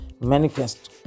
Manifest